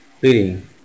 reading